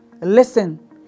listen